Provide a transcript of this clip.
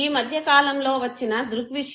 ఈ మధ్యకాలంలో వచ్చిన దృగ్విషయం